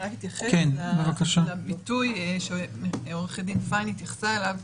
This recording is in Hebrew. רק אתייחס לביטוי שעורכת הדין פיין התייחסה אליו.